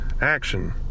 action